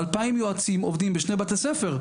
2,000 יועצים עובדים בשני בתי ספר,